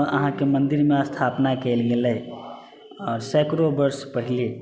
अहाँके मन्दिरमे स्थापना कएल गेलै सैकड़ो वर्ष पहिले